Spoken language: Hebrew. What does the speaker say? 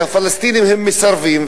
שהפלסטינים מסרבים,